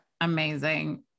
Amazing